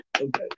Okay